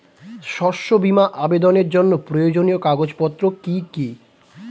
শস্য বীমা আবেদনের জন্য প্রয়োজনীয় কাগজপত্র কি কি?